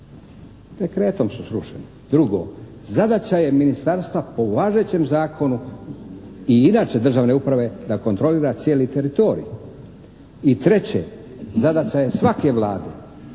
Dekretom su srušene. Drugo, zadaća je ministarstva po važećem zakonu, i inače državne uprave, da kontrolira cijeli teritorij. I treće, zadaća je svake Vlade